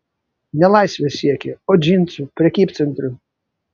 ne laisvės siekė o džinsų prekybcentrių